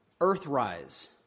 Earthrise